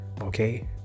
okay